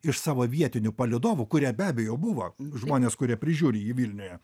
iš savo vietinių palydovų kurie be abejo buvo žmonės kurie prižiūri jį vilniuje